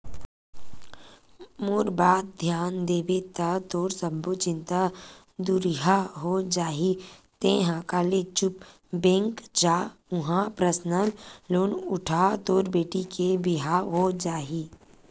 मोर बात धियान देबे ता तोर सब्बो चिंता दुरिहा हो जाही तेंहा कले चुप बेंक जा उहां परसनल लोन उठा तोर बेटी के बिहाव हो जाही